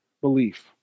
Belief